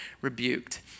rebuked